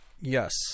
yes